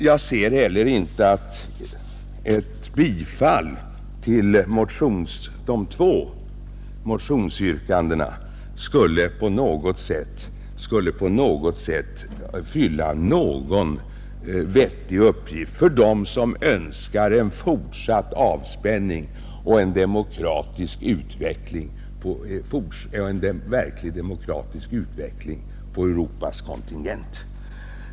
Jag ser inte heller att ett bifall till de två motionsyrkandena på något sätt skulle fylla en vettig uppgift för dem som önskar en fortsatt avspänning och en verkligt demokratisk utveckling på Europas kontinent.